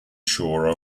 shore